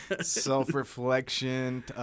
self-reflection